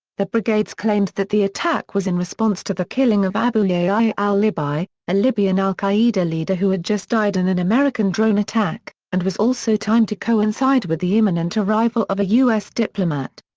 the brigades claimed that the attack was in response to the killing of abu yahya al libi, a libyan al-qaeda leader who had just died in an american drone attack, and was also timed to coincide with the imminent arrival of a u s. diplomat.